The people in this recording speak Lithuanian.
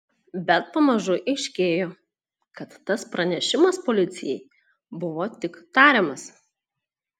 bet pamažu aiškėjo kad tas pranešimas policijai buvo tik tariamas